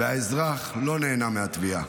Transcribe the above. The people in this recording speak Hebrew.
והאזרח לא נהנה מהתביעה.